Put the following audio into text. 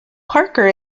parker